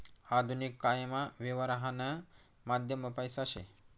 आधुनिक कायमा यवहारनं माध्यम पैसा शे